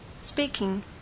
speaking